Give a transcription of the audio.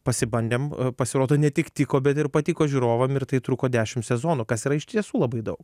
pasibandėm pasirodo ne tik tiko bet ir patiko žiūrovam ir tai truko dešim sezonų kas yra iš tiesų labai daug